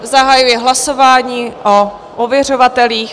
Zahajuji hlasování o ověřovatelích.